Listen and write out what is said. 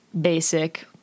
basic